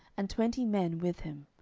and twenty men with him.